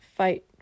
fight